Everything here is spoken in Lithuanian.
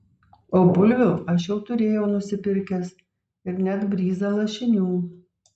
o bulvių aš jau turėjau nusipirkęs ir net bryzą lašinių